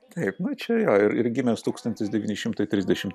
taip nu čia jo ir gymęs tūkstantis devyni šimtai trisdešimt